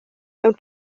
mewn